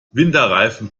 winterreifen